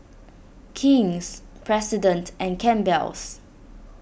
King's President and Campbell's